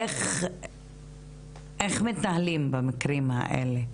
איך מתנהלים במקרים האלה?